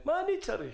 מה אני צריך?